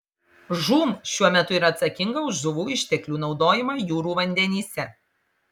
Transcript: žūm šiuo metu yra atsakinga už žuvų išteklių naudojimą jūrų vandenyse